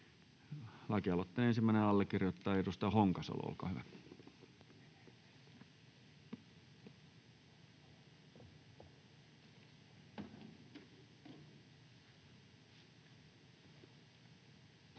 Lakialoitteen ensimmäinen allekirjoittaja, edustaja Honkasalo, olkaa hyvä. Arvoisa